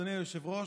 אדוני היושב-ראש,